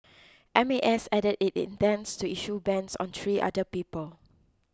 M A S added it intends to issue bans on three other people